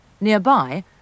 Nearby